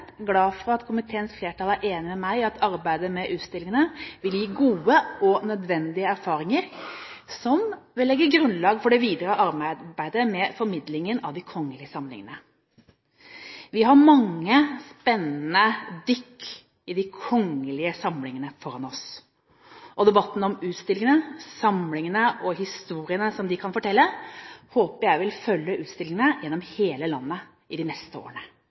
glad for at komiteens flertall er enig med meg i at arbeidet med utstillingene vil gi gode og nødvendige erfaringer, som vil legge grunnlag for det videre arbeidet med formidlingen av de kongelige samlingene. Vi har mange spennende dykk i de kongelige samlingene foran oss, og debatten om utstillingene, samlingene og historiene som de kan fortelle, håper jeg vil følge utstillingene gjennom hele landet i de neste årene.